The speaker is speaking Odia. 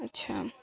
ଆଚ୍ଛା